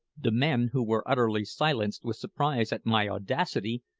the men, who were utterly silenced with surprise at my audacity,